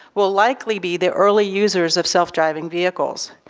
will likely be the early users of self-driving vehicles.